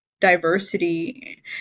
diversity